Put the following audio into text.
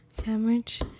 sandwich